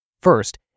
first